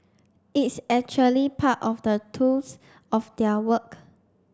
it's actually part of the tools of their work